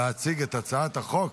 להציג את הצעת החוק.